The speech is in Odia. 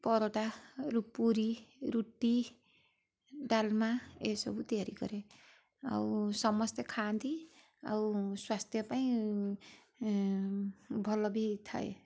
ପରଟା ପୁରି ରୁଟି ଡାଲମା ଏସବୁ ତିଆରି କରେ ଆଉ ସମସ୍ତେ ଖାଆନ୍ତି ଆଉ ସ୍ୱାସ୍ଥ୍ୟ ପାଇଁ ଭଲ ବି ହୋଇଥାଏ